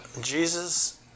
Jesus